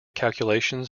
calculations